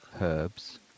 herbs